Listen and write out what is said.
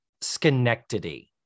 Schenectady